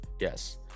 Yes